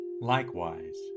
Likewise